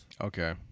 Okay